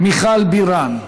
מיכל בירן,